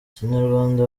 kinyarwanda